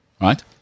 right